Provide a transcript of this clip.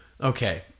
Okay